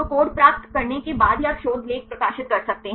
तो कोड प्राप्त करने के बाद ही आप शोध लेख प्रकाशित कर सकते हैं